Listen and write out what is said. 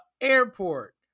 airport